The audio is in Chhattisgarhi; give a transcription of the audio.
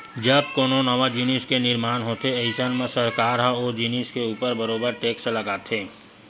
जब कोनो नवा जिनिस के निरमान होथे अइसन म सरकार ह ओ जिनिस के ऊपर बरोबर टेक्स लगाथे